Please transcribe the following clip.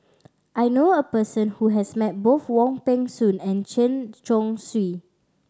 I knew a person who has met both Wong Peng Soon and Chen Chong Swee